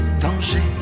danger